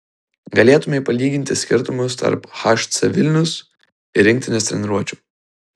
galėtumei palyginti skirtumus tarp hc vilnius ir rinktinės treniruočių